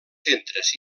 centres